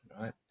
right